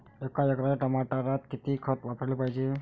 एका एकराच्या टमाटरात किती खत वापराले पायजे?